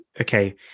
okay